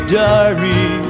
diary